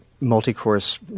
multi-course